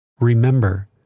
Remember